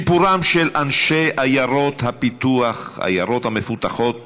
סיפורם של אנשי עיירות הפיתוח, העיירות המפותחות,